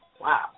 Wow